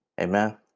Amen